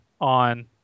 on